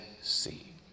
see